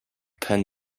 penn